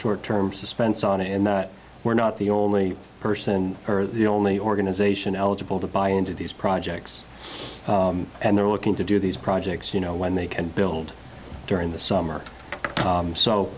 short term suspense on it and that we're not the only person or the only organization eligible to buy into these projects and they're looking to do these projects you know when they can build during the summer